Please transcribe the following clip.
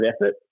effort